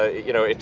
ah you know, it,